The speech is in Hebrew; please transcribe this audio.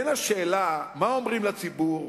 אין השאלה של מה אומרים לציבור